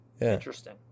Interesting